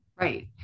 Right